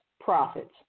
profits